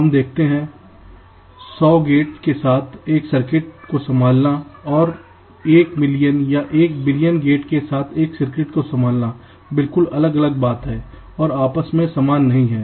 आप देखते हैं 100 गेट के साथ एक सर्किट को संभालना और 1 मिलियन या 1 बिलियन गेट के साथ एक सर्किट को संभालना बिल्कुल अलग अलग बात है और आपस में समान नहीं हैं